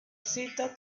cita